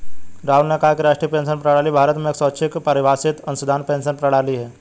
राहुल ने कहा कि राष्ट्रीय पेंशन प्रणाली भारत में एक स्वैच्छिक परिभाषित अंशदान पेंशन प्रणाली है